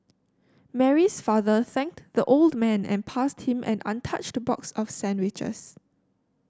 Mary's father thanked the old man and passed him an untouched box of sandwiches